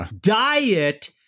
diet